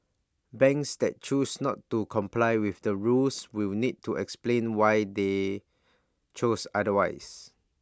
banks that choose not to comply with the rules will need to explain why they chose otherwise